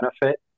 benefit